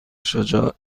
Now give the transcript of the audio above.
شجاع